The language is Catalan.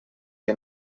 que